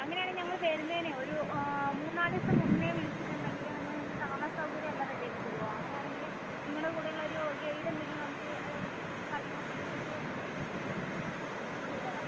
അങ്ങനെയാണേൽ ഞങ്ങള് വരുന്നതിന് ഒരു ആ മൂന്ന് നാല് ദിവസം മുൻപേ വിളിച്ചിട്ടുണ്ടെങ്കില് നിങ്ങൾ ഞങ്ങൾക്ക് താമസ സൗകര്യമെല്ലാം റെഡി ആക്കി തരുവോ അങ്ങനെയാണെങ്കില് നിങ്ങളുടെ കൂടെയുള്ളൊരു ഗൈഡുണ്ടെങ്കിൽ നമുക്ക് അതായത് ഫുഡിൻ്റെ കാര്യങ്ങളൊക്കെ നമുക്ക് ചെയ്ത് തരാൻ പറ്റുവോ